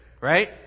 right